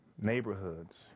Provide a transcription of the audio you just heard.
Neighborhoods